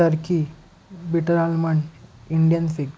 turkey bitter almond Indian fig